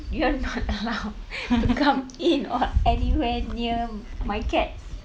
you are not allowed to come in or anywhere near my cats